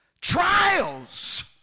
Trials